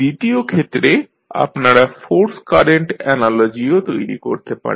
দ্বিতীয় ক্ষেত্রে আপনারা ফোর্স কারেন্ট অ্যানালজিও তৈরী করতে পারেন